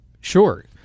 Sure